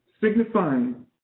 signifying